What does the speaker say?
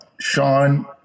Sean